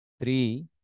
Three